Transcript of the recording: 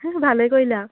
ভালেই কৰিলা